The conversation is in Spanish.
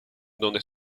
donde